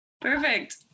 perfect